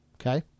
Okay